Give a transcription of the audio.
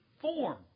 form